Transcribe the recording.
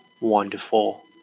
wonderful